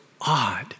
odd